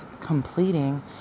completing